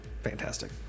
fantastic